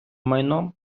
майном